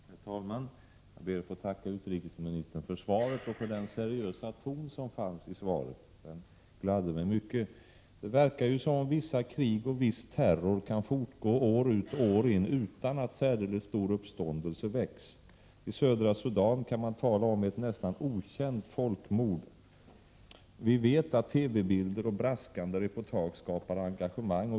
Herr talman! Jag ber att få tacka utrikesministern för svaret och för den seriösa ton som finns i svaret — det gladde mig mycket. Det verkar som om vissa krig och viss terror kan fortgå år ut och år in utan att särdeles stor uppståndelse väcks. I södra Sudan kan man tala om nästan ett okänt folkmord. Vi vet att TV-bilder och braskande reportage skapar engagemang.